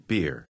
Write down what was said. Beer